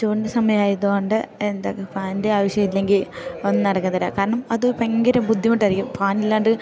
ചൂടിൻ്റെ സമയമായതു കൊണ്ട് എന്താ ഫാനിൻ്റെ ആവശ്യം ഇല്ലെങ്കിൽ ഒന്നും നടക്കത്തില്ല കാരണം അത് ഭയങ്കര ബുദ്ധിമുട്ടായിരിക്കും ഫാനില്ലാണ്ട്